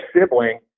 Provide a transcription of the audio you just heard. sibling